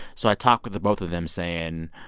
so i talk with the both of them, saying,